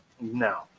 no